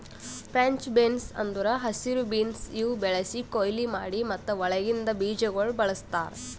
French beans ಅಂದುರ್ ಹಸಿರು beans ಇವು ಬೆಳಿಸಿ, ಕೊಯ್ಲಿ ಮಾಡಿ ಮತ್ತ ಒಳಗಿಂದ್ ಬೀಜಗೊಳ್ ಬಳ್ಸತಾರ್